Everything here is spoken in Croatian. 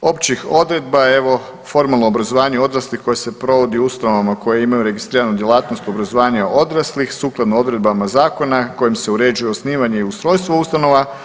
Općih odredba evo formalno obrazovanje odraslih koje se provodi u ustanovama koje imaju registriranu djelatnost obrazovanje odraslih sukladno odredbama zakona kojim se uređuje osnivanje i ustrojstvo ustanova.